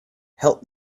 help